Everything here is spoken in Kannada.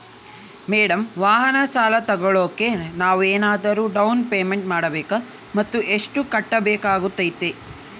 ಮೇಡಂ ವಾಹನ ಸಾಲ ತೋಗೊಳೋಕೆ ನಾವೇನಾದರೂ ಡೌನ್ ಪೇಮೆಂಟ್ ಮಾಡಬೇಕಾ ಮತ್ತು ಎಷ್ಟು ಕಟ್ಬೇಕಾಗ್ತೈತೆ?